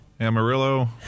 Amarillo